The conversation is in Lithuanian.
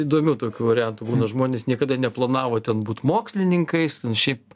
įdomių tokių variantų būna žmonės niekada neplanavo ten būt mokslininkais šiaip